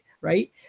right